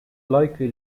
likely